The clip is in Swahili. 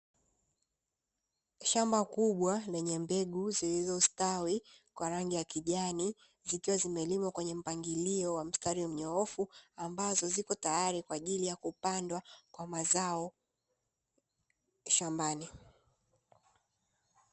Shamba kubwa lenye mbegu zilizostawi kwa rangi ya kijani, zikiwa zipo kwenye mpangilio wa mstari mnyoofu; ambazo ziko tayari kwa ajili ya kupandwa kwa mazao shambani.